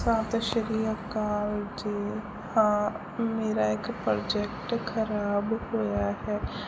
ਸਤਿ ਸ਼੍ਰੀ ਅਕਾਲ ਜੀ ਹਾਂ ਮੇਰਾ ਇੱਕ ਪ੍ਰੋਜੈਕਟ ਖਰਾਬ ਹੋਇਆ ਹੈ